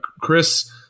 Chris